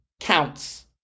Counts